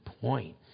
point